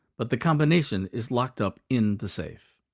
but the combination is locked up in the safe.